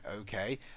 okay